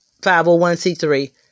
501c3